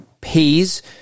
pays